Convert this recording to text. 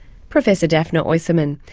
professor daphna oyserman.